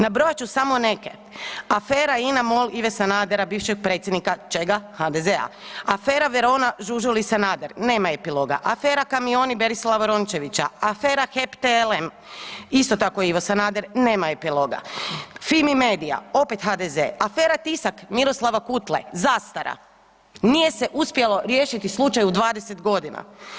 Nabrojat ću samo neke, afere INA-MOL Ive Sanadera bivšeg predsjednika, čega, HDZ-a, afera Verona Žužul i Sanader, nema epiloga, afera Kamioni Berislava Rončevića, afere HEP-TLM isto tako Ivo Sanader nema epiloga, FIMI-medija opet HDZ, afera Tisak Miroslava Kutle zastara, nije se uspjelo riješiti slučaj u 20 godina.